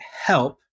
help